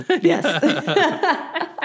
Yes